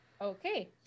okay